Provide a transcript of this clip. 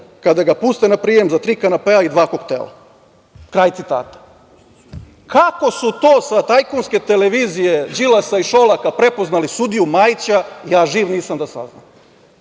kada ga puste na prijem za tri kanapea i dva koktela“, kraj citata. Kako su to sa tajkunske televizije Đilasa i Šolaka prepoznali sudiju Majića ja živ nisam da saznam?